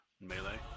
melee